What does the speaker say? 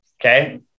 Okay